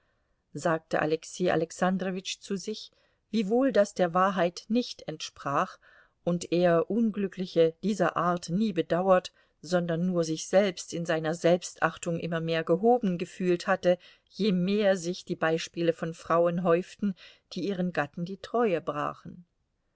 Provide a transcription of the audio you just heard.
sagte alexei alexandrowitsch zu sich wiewohl das der wahrheit nicht entsprach und er unglückliche dieser art nie bedauert sondern nur sich selbst in seiner selbstachtung immer mehr gehoben gefühlt hatte je mehr sich die beispiele von frauen häuften die ihren gatten die treue brachen